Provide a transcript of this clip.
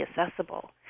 accessible